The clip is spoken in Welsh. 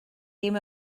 ddim